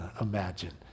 imagine